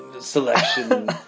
selection